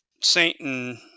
satan